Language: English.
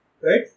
Right